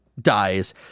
dies